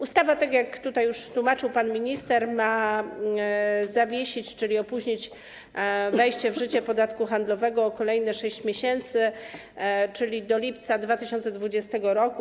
Ustawa, jak tutaj już tłumaczył pan minister, ma zawiesić, czyli opóźnić wejście w życie podatku handlowego o kolejne 6 miesięcy, czyli do lipca 2020 r.